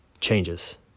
changes